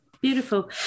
Beautiful